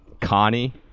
Connie